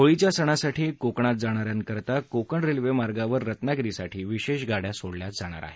होळीच्या सणासाठी कोकणात जाणाऱ्यांसाठी कोकण रेल्वेमार्गावर रत्नागिरी साठी विशेष गाड्या सोडल्या जाणार आहेत